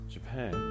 Japan